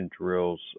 drills